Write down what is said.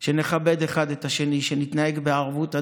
שנכבד האחד את השני, שנתנהג בערבות הדדית,